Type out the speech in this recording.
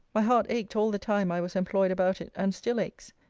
my heart ached all the time i was employed about it and still aches,